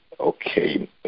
okay